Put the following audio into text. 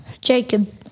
Jacob